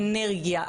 אנרגיה,